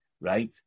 right